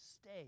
stay